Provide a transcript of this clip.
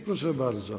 Proszę bardzo.